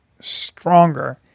stronger